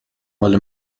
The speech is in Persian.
مال